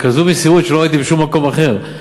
במסירות שלא ראיתי בשום מקום אחר.